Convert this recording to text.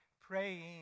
praying